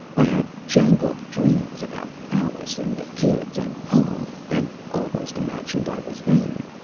i had jangled dreams about alice and the kids and home, and almost imagined i was there.